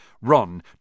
Ron